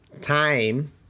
time